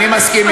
אני מסכים אתך.